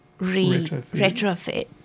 retrofit